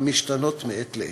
המשתנות מעת לעת.